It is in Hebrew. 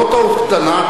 לא טעות קטנה,